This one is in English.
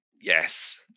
yes